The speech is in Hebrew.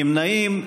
נמנעים?